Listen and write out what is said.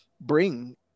bring